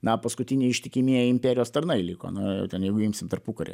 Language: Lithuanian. na paskutiniai ištikimieji imperijos tarnai liko no ten jeigu imsim tarpukarį